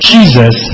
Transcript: Jesus